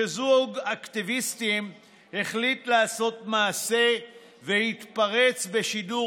רחבי הארץ כשזוג אקטיביסטים החליט לעשות מעשה והתפרץ בשידור